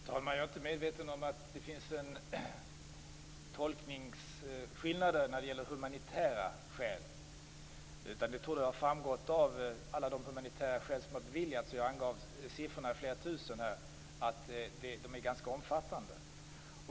Fru talman! Jag är inte medveten om att det finns tolkningsskillnader när det gäller humanitära skäl. Jag trodde att det framgått av alla de humanitära skäl som har beviljats. Jag angav siffrorna flera tusen. De är ganska omfattande.